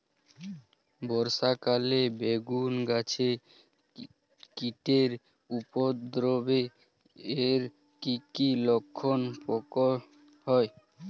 বর্ষা কালে বেগুন গাছে কীটের উপদ্রবে এর কী কী লক্ষণ প্রকট হয়?